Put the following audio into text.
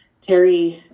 Terry